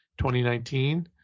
2019